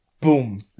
Boom